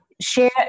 share